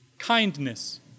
kindness